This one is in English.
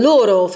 Loro